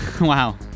Wow